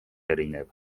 erinev